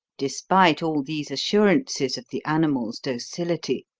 despite all these assurances of the animal's docility,